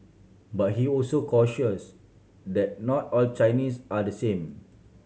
but he also cautions that not all Chinese are the same